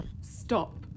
stop